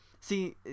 See